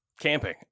camping